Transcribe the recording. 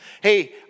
Hey